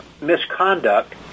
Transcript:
misconduct